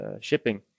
shipping